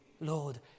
Lord